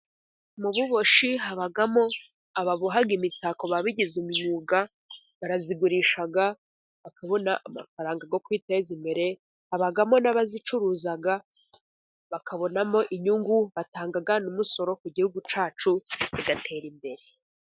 M' ububoshi habagamo, ababoha imitako babigize umwuga, barazigurisha bakabona amafaranga yo kwiteza imbere, habagamo n' abazicuruza bakabonamo inyungu batanga n' umusoro ku gihugu cacu kigatera imbere.